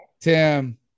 Tim